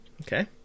Okay